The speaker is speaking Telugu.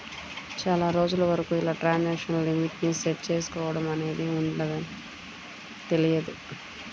చాలా రోజుల వరకు ఇలా ట్రాన్సాక్షన్ లిమిట్ ని సెట్ చేసుకోడం అనేది ఉంటదని తెలియదు